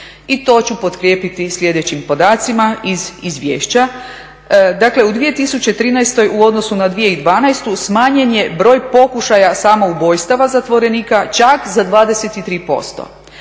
I to ću potkrijepiti sljedećim podacima iz izvješća. Dakle, u 2013. u odnosu na 2012. smanjen je broj pokušaja samoubojstava zatvorenika čak za 23%,